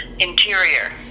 interior